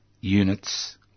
units